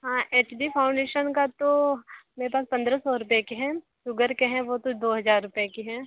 हाँ H D foundation का तो मेरे पास पंद्रह सौ रुपये के हैं सुगर के हैं वो तो दो हज़ार रुपये के हैं